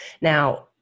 Now